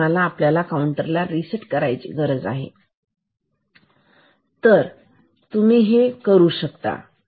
या क्षणाला आपल्याला काउंटरला रीसेट करायची गरज आहे तर हे तुम्ही कसे काय करू शकता